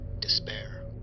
despair